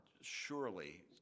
surely